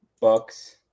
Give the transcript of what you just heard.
Bucks